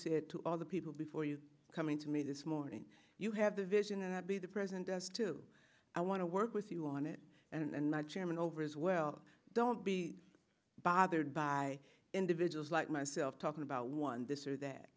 said to all the people before you coming to me this morning you have the vision and be the president does too i want to work with you on it and not chairman over as well don't be bothered by individuals like myself talking about one this or that